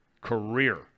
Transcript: Career